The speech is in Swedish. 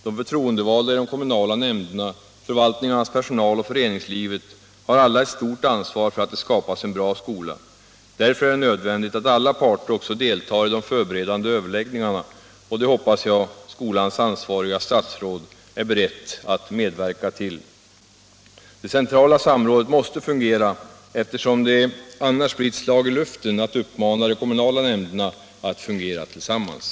De förtroendevalda i de kommunala nämnderna, förvaltningarnas personal och föreningslivet har alla ett stort ansvar för att det skapas en bra skola. Därför är det nödvändigt att alla parter också deltar i de förberedande överläggningarna, och det hoppas jag skolans ansvariga statsråd är beredd att medverka till. Det centrala samrådet måste fungera, eftersom det annars blir ett slag i luften att uppmana de kommunala nämnderna att fungera tillsammans.